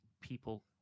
people